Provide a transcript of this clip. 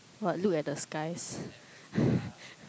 what look at the skies